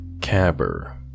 Caber